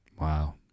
Wow